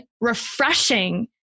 refreshing